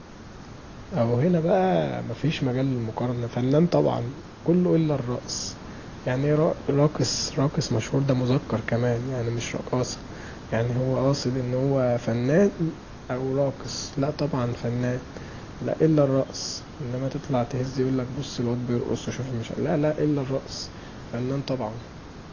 اهو هنا بقي مفيش مجال للمقارنة، فنان طبعا، كله كله الا الرقص، يعني ايه راقص مشهور، دا مذكر كمان يعني مش رقاصه، يعني قاصد ان هو فنام او راقص، لا طبعا فنان لان الرقص انما تطلع تهز يقولك بص الواد بيرقص وشوف المش لالا الا الرقص، فنان طبعا